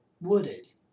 wooded